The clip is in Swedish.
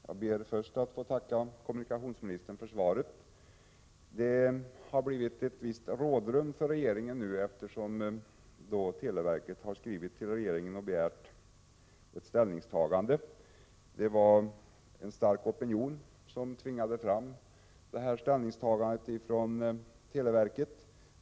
Herr talman! Jag ber att få tacka kommunikationsministern för svaret. Det har nu uppstått ett visst rådrum för regeringen, eftersom televerket har skrivit till regeringen och begärt ett ställningstagande. Det var en mycket stark opinion som tvingade fram detta handlande från televerket.